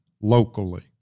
locally